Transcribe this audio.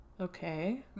okay